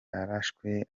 arashwe